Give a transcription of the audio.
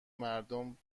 مردم